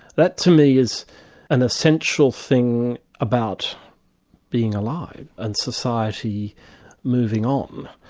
that to me is an essential thing about being alive, and society moving on.